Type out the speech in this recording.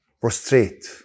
prostrate